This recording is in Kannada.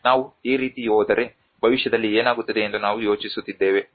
ನಾವು ಈ ರೀತಿ ಹೋದರೆ ಭವಿಷ್ಯದಲ್ಲಿ ಏನಾಗುತ್ತದೆ ಎಂದು ನಾವು ಯೋಚಿಸುತ್ತಿದ್ದೇವೆ